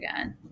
again